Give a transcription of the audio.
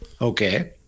Okay